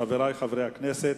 חברי חברי הכנסת,